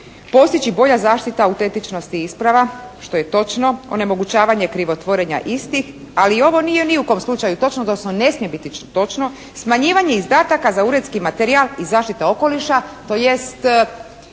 postići bolja zaštita autentičnosti isprava što je točno. Onemogućavanje krivotvorenja istih, ali ovo nije ni u kom slučaju točno odnosno ne smije biti točno. Smanjivanje izdataka za uredski materijal i zaštita okoliša tj.